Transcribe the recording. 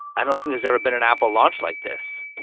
i don't think there's ever been an apple launched like this